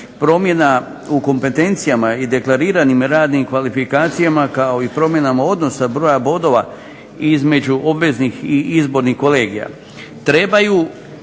promjena u kompetencijama i deklariranim radnim kvalifikacijama kao i promjenama odnosa broja bodova između obveznih i izbornih kolegija